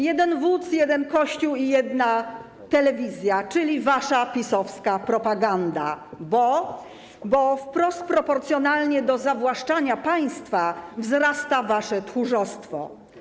Jeden wódz, jeden Kościół i jedna telewizja, czyli wasza PiS-owska propaganda, bo wprost proporcjonalnie do zawłaszczania państwa wzrasta wasze tchórzostwo.